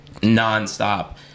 nonstop